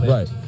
Right